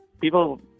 people